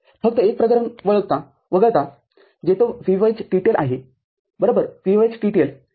फक्त एक प्रकरण वगळता जिथे VOH आहे बरोबर VOH जे २